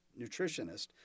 nutritionist